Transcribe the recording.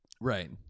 Right